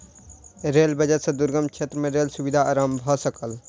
rail budget सॅ दुर्गम क्षेत्र में रेल सुविधा आरम्भ भ सकल